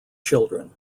children